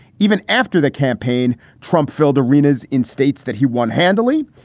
even after the campaign. trump filled arenas in states that he won handily,